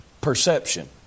Perception